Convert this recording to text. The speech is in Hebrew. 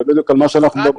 על זה בדיוק אנחנו מדברים.